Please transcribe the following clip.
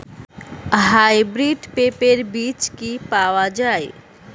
Hybrid পেঁপের বীজ কি পাওয়া যায়?